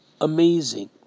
Amazing